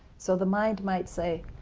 so the mind might say,